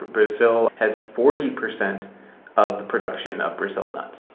brazil has forty percent of the production of brazil nuts,